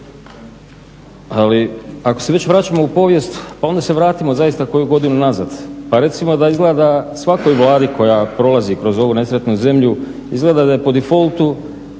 ali ako se već vraćamo u povijest onda se vratimo zaista koju godinu unazad pa recimo da izgleda svakoj Vladi koja prolazi kroz ovu nesretnu zemlju izgleda da je po defaultu